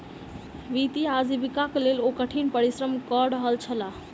वित्तीय आजीविकाक लेल ओ कठिन परिश्रम कय रहल छलाह